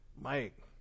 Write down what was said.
Mike